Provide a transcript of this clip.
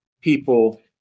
people